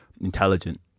intelligent